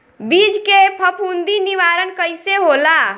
बीज के फफूंदी निवारण कईसे होला?